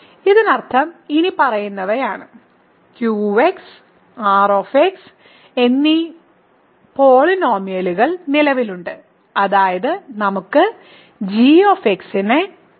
ഇതിനർത്ഥം ഇനിപ്പറയുന്നവയാണ് q r എന്നീ യൂണിക് പോളിനോമിയലുകൾ നിലവിലുണ്ട് അതായത് നമുക്ക് g നെ q